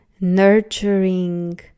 nurturing